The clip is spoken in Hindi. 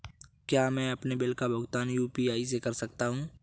क्या मैं अपने बिल का भुगतान यू.पी.आई से कर सकता हूँ?